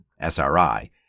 SRI